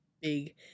big